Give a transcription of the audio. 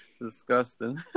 disgusting